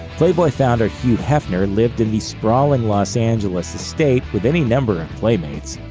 playboy founder hugh hefner lived in the sprawling los angeles estate with any number of playmates.